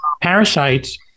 Parasites